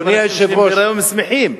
אני מכיר נשים בהיריון, והם שמחים.